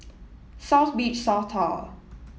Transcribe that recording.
South Beach South Tower